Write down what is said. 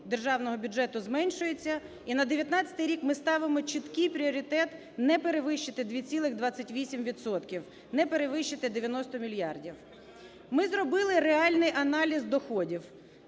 державного бюджету зменшується, і на 19-й рік ми ставимо чіткий пріоритет не перевищити 2,28 відсотка. Не перевищити 90 мільярдів. Ми зробили реальний аналіз доходів